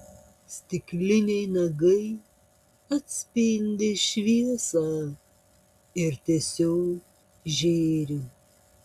stikliniai nagai atspindi šviesą ir tiesiog žėri